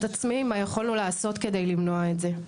עצמי מה יכולנו לעשות כדי למנוע את זה?